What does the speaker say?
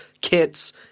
kits